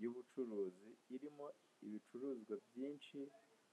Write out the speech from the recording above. Y'ubucuruzi irimo ibicuruzwa byinshi